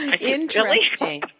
Interesting